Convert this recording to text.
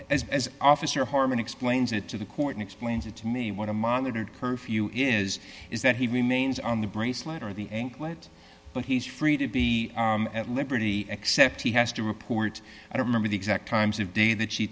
as as officer harman explains it to the court and explains it to me what a monitored curfew is is that he remains on the bracelet or the anklet but he's free to be at liberty except he has to report i don't remember the exact times of day that she